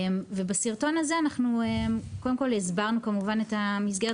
בסרטון הזה אנחנו קודם כל הסברנו את המסגרת